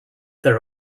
there